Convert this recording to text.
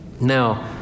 Now